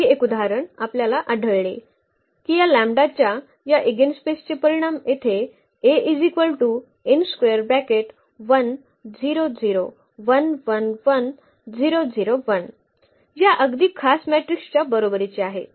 आणखी एक उदाहरण आपल्याला आढळेल की या लॅम्ब्डाच्या या इगेनस्पेसचे परिमाण येथे या अगदी खास मॅट्रिक्सच्या बरोबरीचे आहे